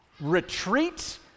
retreat